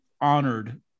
honored